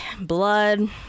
blood